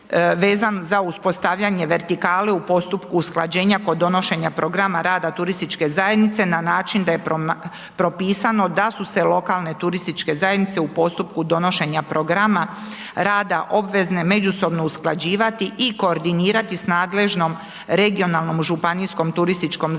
vezan za uspostavljanje vertikale u postupku usklađenja kod donošenja programa rada turističke zajednice na način da je propisano da su se lokalne turističke zajednice u postupku donošenja programa rada obvezne međusobno usklađivati i koordinirati s nadležnom regionalnom županijskom turističkom zajednicom